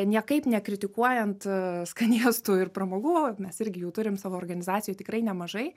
niekaip nekritikuojant skanėstų ir pramogų mes irgi jų turim savo organizacijoj tikrai nemažai